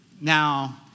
Now